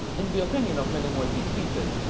in the opinion of many maltese people,